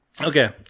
Okay